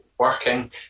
working